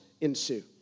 ensue